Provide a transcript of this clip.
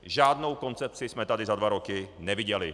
Žádnou koncepci jsme tady za dva roky neviděli.